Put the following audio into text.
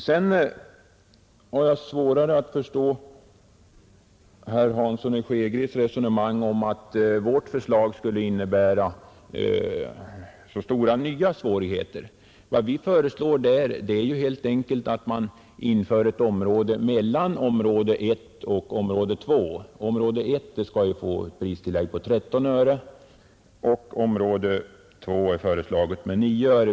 Sedan har jag svårt att förstå herr Hanssons i Skegrie resonemang om att vårt förslag skulle innebära så stora nya svårigheter. Vad vi föreslår är ju helt enkelt att man inför ett område mellan område I och område II. Område I skall ju få ett pristillägg på 13 öre per kg mjölk och område II ett pristillägg på 9 öre.